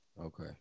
Okay